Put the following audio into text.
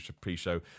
pre-show